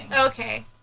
Okay